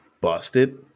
busted